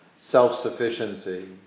self-sufficiency